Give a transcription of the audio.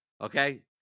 Okay